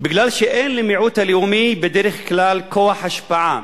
כי אין למיעוט הלאומי בדרך כלל כוח השפעה,